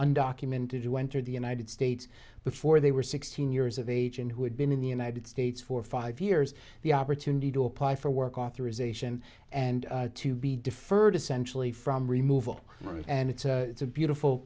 undocumented you entered the united states before they were sixteen years of age and who had been in the united states for five years the opportunity to apply for work authorization and to be deferred essentially from removal and it's it's a beautiful